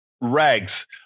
rags